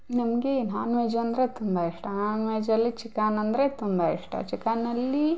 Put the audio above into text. ನಮಗೆ ನಾನ್ವೆಜ್ ಅಂದರೆ ತುಂಬ ಇಷ್ಟ ನಾನ್ವೆಜ್ಜಲ್ಲಿ ಚಿಕನ್ ಅಂದರೆ ತುಂಬ ಇಷ್ಟ ಚಿಕನ್ನಲ್ಲಿ